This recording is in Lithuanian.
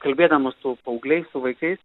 kalbėdamas su paaugliais su vaikais